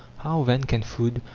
how then can food,